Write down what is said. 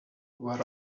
were